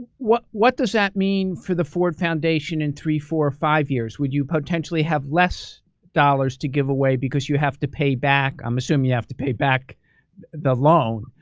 what what does that mean for the ford foundation in three, four, five years? would you potentially have less dollars to give away because you have to pay back? i'm assuming you have to pay back the loan.